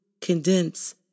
condense